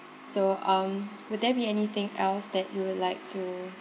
so um would there be anything else that you would like to